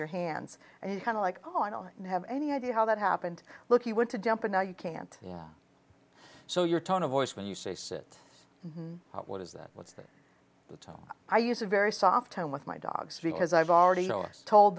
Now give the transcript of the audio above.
your hands and you kind of like oh i don't have any idea how that happened look he went to dump and now you can't so your tone of voice when you say sit and what is that what's that i use a very soft time with my dogs because i've already told